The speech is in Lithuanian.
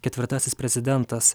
ketvirtasis prezidentas